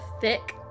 thick